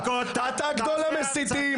אתה גדול המסיתים.